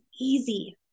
easy